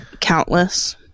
Countless